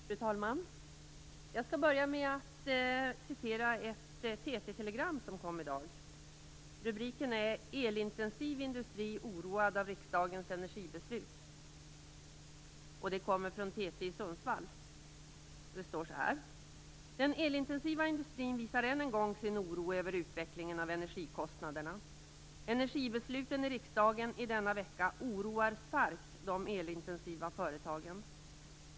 Fru talman! Jag skall börja med att referera ett Rubriken är Elintensiv industri oroad av riksdagens energibeslut. Det lyder: Den elintensiva industrin visar än en gång sin oro över utvecklingen av energikostnaderna. Energibesluten i riksdagen i denna vecka oroar starkt de elintensiva företagen.